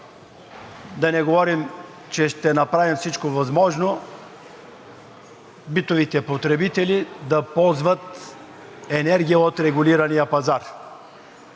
да не говорим, че ще направим всичко възможно битовите потребители да ползват енергия от регулирания пазар.